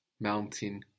mountain